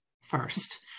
first